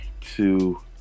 two